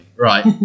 Right